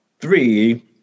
Three